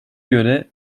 göre